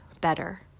better